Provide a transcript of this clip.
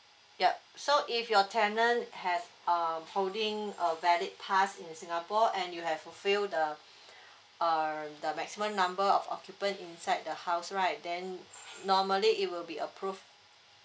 yup so if your tenant has um holding a valid pass in singapore and you have fulfilled the err the maximum number of occupant inside the house right then normally it will be approved